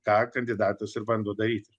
ką kandidatas ir bando daryti